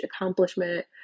accomplishment